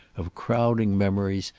of crowding memories,